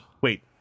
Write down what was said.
Wait